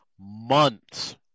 months